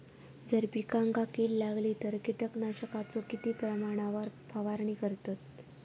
जर पिकांका कीड लागली तर कीटकनाशकाचो किती प्रमाणावर फवारणी करतत?